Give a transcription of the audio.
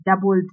doubled